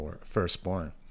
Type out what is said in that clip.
firstborn